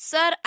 Sir